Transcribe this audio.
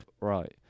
Right